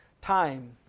time